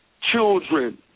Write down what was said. children